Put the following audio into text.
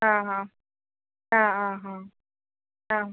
ആ ആ ആ ആ ആ ആ